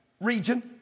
region